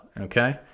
okay